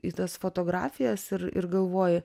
į tas fotografijas ir ir galvoji